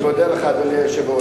אני מודה לך, אדוני היושב-ראש.